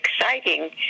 exciting